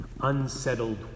Unsettled